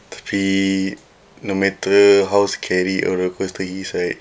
tapi no matter how scary a roller coaster is right